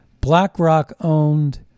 BlackRock-owned